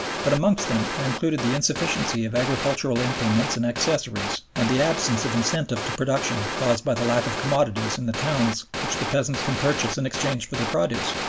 but amongst them are included the insufficiency of agricultural implements and accessories and the absence of incentive to production caused by the lack of commodities in the towns which the peasants can purchase in exchange for their produce.